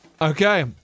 Okay